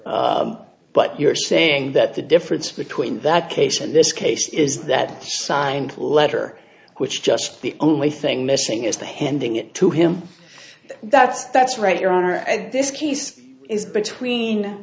ok but you're saying that the difference between that case and this case is that the signed letter which just the only thing missing is the handing it to him that's that's right your honor and this case is between